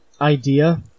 idea